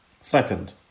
Second